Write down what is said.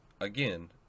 again